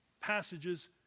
passages